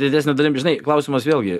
didesne dalim žinai klausimas vėlgi